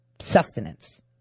sustenance